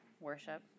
Worship